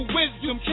wisdom